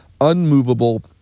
unmovable